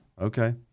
Okay